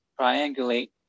triangulate